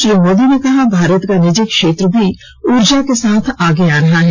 श्री मोदी ने कहा भारत का निजी क्षेत्र भी ऊर्जा के साथ आगे आ रहा है